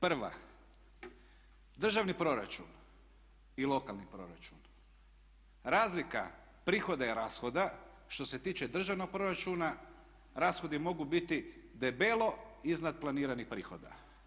Prva, državni proračun i lokalni proračun, razlika prihoda i rashoda što se tiče državnog proračuna rashodi mogu biti debelo iznad planiranih prihoda.